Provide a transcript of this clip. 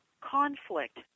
conflict